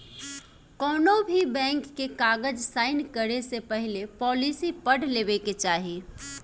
कौनोभी बैंक के कागज़ साइन करे से पहले पॉलिसी पढ़ लेवे के चाही